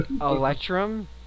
Electrum